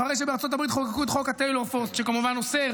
אחרי שבארצות הברית חוקקו את חוק טיילור פורס שכמובן אוסר